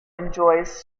enjoys